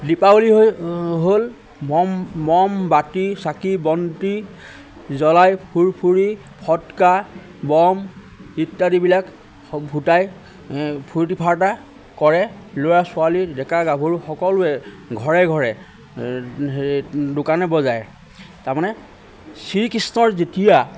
দীপাৱলী হৈ হ'ল মম মমবাতি চাকি বন্তি জ্বলাই ফুৰফুৰি ফটকা ব'ম ইত্যাদিবিলাক ফুটাই এ ফূৰ্তি ফাৰ্তা কৰে ল'ৰা ছোৱালী ডেকা গাভৰু সকলোৱে ঘৰে ঘৰে দোকানে বজাৰে তাৰমানে শ্ৰীকৃষ্ণৰ যেতিয়া